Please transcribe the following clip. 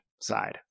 side